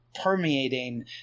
permeating